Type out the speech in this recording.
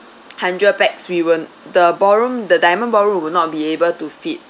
hundred pax we will the ballroom the diamond ballroom will not be able to fit